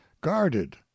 guarded